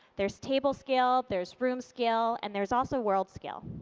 there's table scale, there's room scale and there's also world scale.